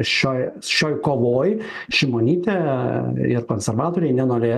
šioj šioj kovoj šimonytė ir konservatoriai nenorėjo